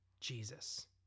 Jesus